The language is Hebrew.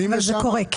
כן, זה קורה.